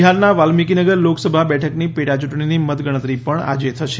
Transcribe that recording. બિહારની વાલ્મીકીનગર લોકસભા બેઠકની પેટાચૂંટણીની મતગણતરી પણ આજે થશે